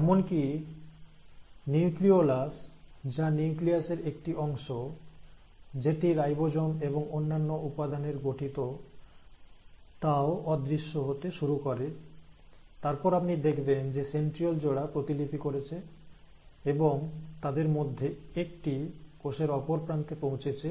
এমনকি নিউক্লিওলাস যা নিউক্লিয়াস এর একটি অংশ যেটি রাইবোজোম এবং অন্যান্য উপাদানের গঠিত তাও অদৃশ্য হতে শুরু করে তারপর আপনি দেখবেন যে সেন্ট্রিওল জোড়া প্রতিলিপি করেছে এবং তাদের মধ্যে একটি কোষের অপরপ্রান্তে পৌঁছেছে